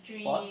sports